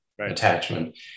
attachment